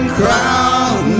crown